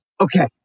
okay